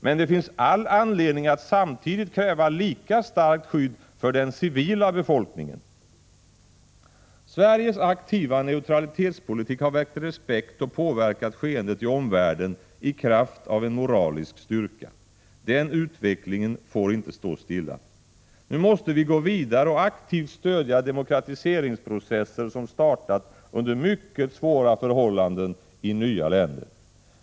Men det finns all anledning att samtidigt kräva lika starkt skydd för den civila befolkningen. Sveriges aktiva neutralitetspolitik har väckt respekt och påverkat skeendet i omvärlden i kraft av en moralisk styrka. Den utvecklingen får inte stå stilla. Nu måste vi gå vidare och aktivt stödja demokratiseringsprocesser som startat under mycket svåra förhållanden i nya länder.